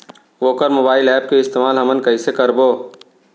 वोकर mobile app के इस्तेमाल हमन कइसे करबो?